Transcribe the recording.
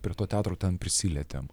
prie to teatro tam prisilietėm